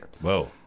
Whoa